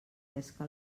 pesca